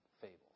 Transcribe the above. fables